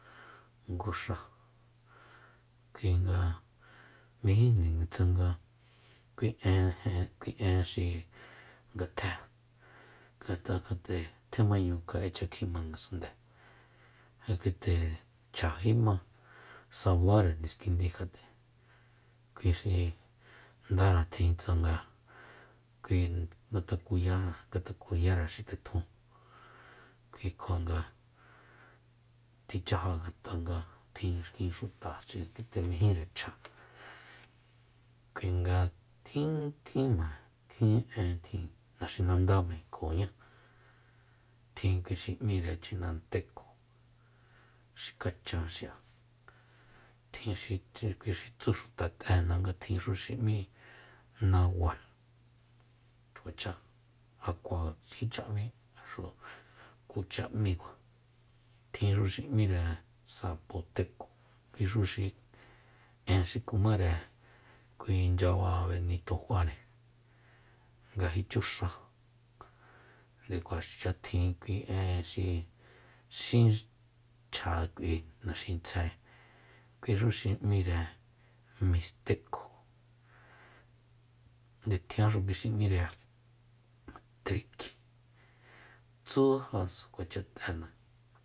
Nguxa kuinga mejinjni tsanga kui en- en kui xi nga tje ngata kjat'e tjemañu kja'echa kjima ngasundée ja kete chjajíma sabáre niskindi kjat'e kuixi ndara tjin tsanga kui ngatakuya ngatakuyare xitetjun kui kjua nga tjichaja ngat'a nga tjin xki xuta xi kite mejíre chja kuinga tjin kjinma kjin en tjin naxinanda mejicoñá tjin xi m'íre chinanteko xikjachan xi'a tjin xi kui tsú xuta t'éna nga tjinxu xi m'í nahual kuacha akuajicaha m'í a xu kucha m'íkua tjinxu xi m'íre sapoteko kuixuxi en xi kumare kui nchyaba benito juare nga jichú xa nde kuaxucha tjin kui en xi xín chja k'ui naxintsje kuixu xi m'íre misteko nde tjianxu kui xi m'íre triki tsujasa kuacha t'ena